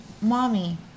mommy